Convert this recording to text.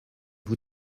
vous